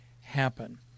happen